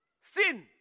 Sin